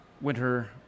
Winter